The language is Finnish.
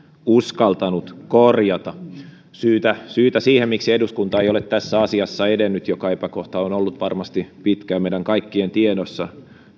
uskaltanut korjata syytä siihen miksi eduskunta ei ole tässä asiassa edennyt vaikka epäkohta on ollut varmasti pitkään meidän kaikkien tiedossa